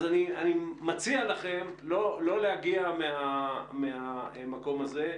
אז אני מציע לכם לא להגיע מהמקום הזה.